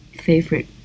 favorite